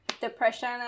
depression